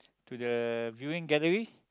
to the viewing gallery